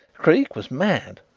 creake was mad.